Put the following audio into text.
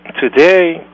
today